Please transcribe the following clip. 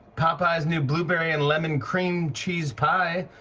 popeyes' new blueberry and lemon cream cheese pie,